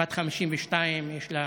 בת 52, יש לה